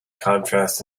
contrast